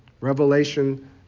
Revelation